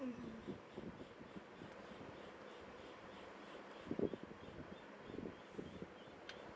mmhmm